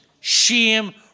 shame